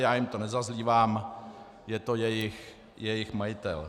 Já jim to nezazlívám, je to jejich majitel.